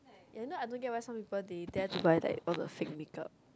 ya you know I don't get why some people they dare to buy like all the fake make up